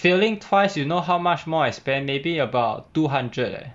failing twice you know how much more I spend maybe about two hundred leh